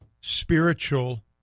spiritual